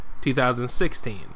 2016